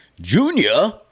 Junior